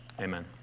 Amen